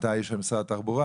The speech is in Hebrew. אתה האיש של משרד התחבורה?